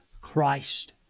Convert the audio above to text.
Christ